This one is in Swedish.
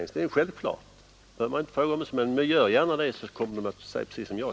Men tala gärna med en ombudsman, herr Werner, och Ni skall finna att ombudsmannen kommer att säga precis som jag.